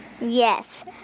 Yes